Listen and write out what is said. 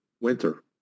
winter